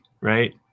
right